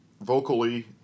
vocally